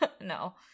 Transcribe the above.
no